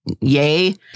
yay